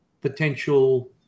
potential